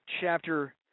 Chapter